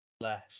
less